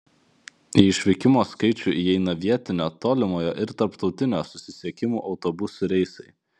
į išvykimo skaičių įeina vietinio tolimojo ir tarptautinio susisiekimų autobusų reisai